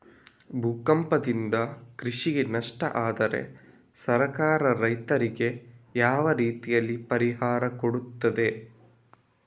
ಭೂಕಂಪದಿಂದ ಕೃಷಿಗೆ ನಷ್ಟ ಆದ್ರೆ ಸರ್ಕಾರ ರೈತರಿಗೆ ಯಾವ ರೀತಿಯಲ್ಲಿ ಪರಿಹಾರ ಕೊಡ್ತದೆ?